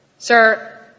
Sir